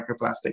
microplastic